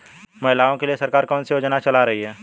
महिलाओं के लिए सरकार कौन सी योजनाएं चला रही है?